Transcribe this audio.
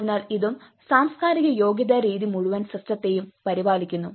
അതിനാൽ ഇതും സാംസ്കാരിക യോഗ്യതാ രീതി മുഴുവൻ സിസ്റ്റത്തെയും പരിപാലിക്കുന്നു